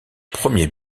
premier